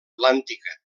atlàntica